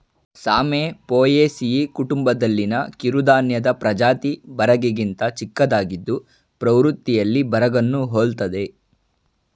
ಸಾಮೆ ಪೋಯೇಸಿಯಿ ಕುಟುಂಬದಲ್ಲಿನ ಕಿರುಧಾನ್ಯದ ಪ್ರಜಾತಿ ಬರಗಿಗಿಂತ ಚಿಕ್ಕದಾಗಿದ್ದು ಪ್ರವೃತ್ತಿಯಲ್ಲಿ ಬರಗನ್ನು ಹೋಲ್ತದೆ